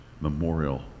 memorial